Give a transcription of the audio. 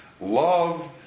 Love